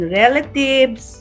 relatives